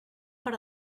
per